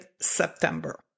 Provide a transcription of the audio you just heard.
September